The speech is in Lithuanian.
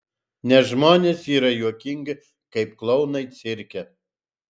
nes žmonės yra juokingi kaip klounai cirke